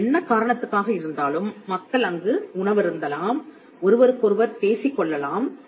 அது என்ன காரணத்துக்காக இருந்தாலும் மக்கள் அங்கு உணவருந்தலாம் ஒருவருக்கொருவர் பேசிக் கொள்ளலாம்